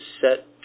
set